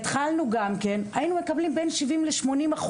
התחלנו גם כן היינו מקבלים בן 70% ל-80%,